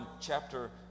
chapter